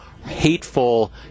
hateful